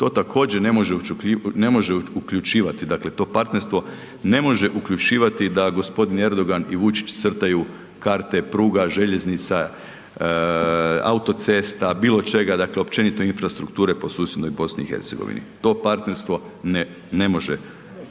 To također ne može uključivati, dakle to partnerstvo ne može uključivati da g. Erdogan i Vučić crtaju karte pruga, željeznica, autocesta, bilo čega, dakle općenito infrastrukture po susjednoj BiH, to partnerstvo ne može tako